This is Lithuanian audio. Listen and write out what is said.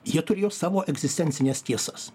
jie turėjo savo egzistencines tiesas